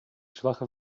schwache